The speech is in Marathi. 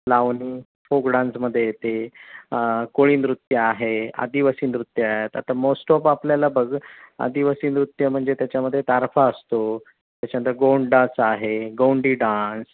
लावणी फोक डान्समध्ये येते कोळीनृत्य आहे आदिवासी नृत्य आहे आता मोस्ट ऑफ आपल्याला बघ आदिवासी नृत्य म्हणजे त्याच्यामध्ये तारपा असतो त्याच्यानंतर गोंड डान्स आहे गोंडी डान्स